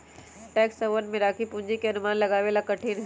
tax haven में राखी पूंजी के अनुमान लगावे ला कठिन हई